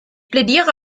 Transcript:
plädiere